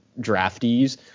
draftees